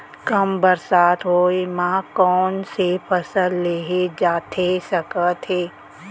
कम बरसात होए मा कौन से फसल लेहे जाथे सकत हे?